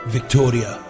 Victoria